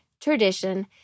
tradition